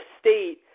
state